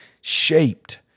shaped